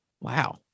Wow